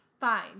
fine